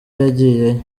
yagiyeyo